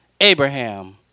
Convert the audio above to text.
Abraham